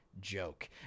joke